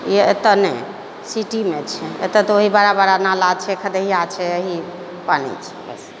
ईहो एतऽ नहि सिटीमे छै एतऽ तऽ वही बड़ा बड़ा नाला छै खदैआ छै यही पानी छै बस